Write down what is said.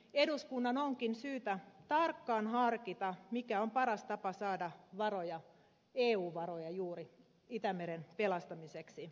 eduskunnan onkin syytä tarkkaan harkita mikä on paras tapa saada juuri eu varoja itämeren pelastamiseksi